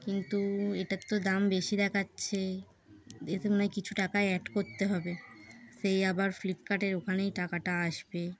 কিন্তু এটার তো দাম বেশি দেখাচ্ছে এসম নয় কিছু টাকাই অ্যাড করতে হবে সেই আবার ফ্লিপকার্টের ওখানেই টাকাটা আসবে